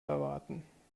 erwarten